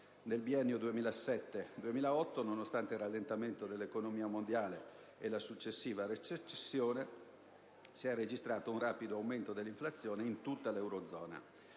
Nel biennio 2007-2008, nonostante il rallentamento dell'economia mondiale e la successiva recessione, si è registrato un rapido aumento dell'inflazione in tutta l'eurozona.